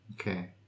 Okay